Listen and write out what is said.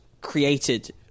created